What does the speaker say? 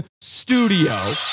studio